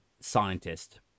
scientist